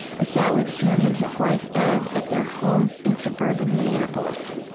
i sat with him and his wife, ev, at their home in suburban minneapolis